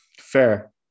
Fair